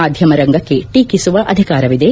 ಮಾಧ್ಯಮರಂಗಕ್ಕೆ ಟೀಕಸುವ ಅಧಿಕಾರವಿದೆ